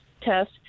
test